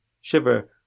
Shiver